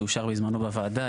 שאושר בזמנו בוועדה,